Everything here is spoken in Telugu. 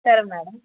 నమస్కారం మ్యాడమ్